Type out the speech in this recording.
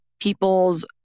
people's